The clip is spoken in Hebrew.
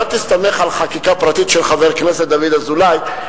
תסתמך על חקיקה פרטית של חבר כנסת דוד אזולאי,